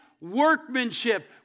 workmanship